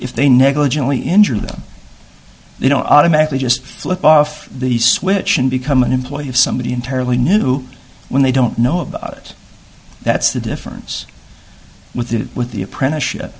if they negligently injure them they don't automatically just flip off the switch and become an employee of somebody entirely new when they don't know about it that's the difference with the with the apprenticeship